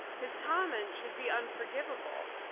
his comment should be unforgivable.